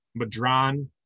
Madron